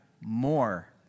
more